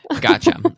Gotcha